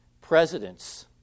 presidents